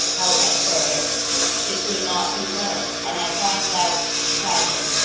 however it will not be read, and i find that tragic.